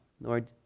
Lord